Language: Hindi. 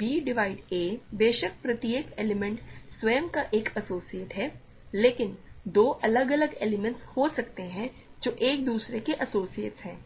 b डिवाइड a बेशक प्रत्येक एलिमेंट स्वयं का एक एसोसिएट है लेकिन दो अलग अलग एलिमेंट्स हो सकते हैं जो एक दूसरे के एसोसिएट्स हैं